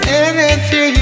energy